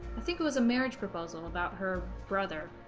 i think it was a marriage proposal about her brother